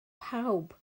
pawb